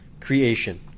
creation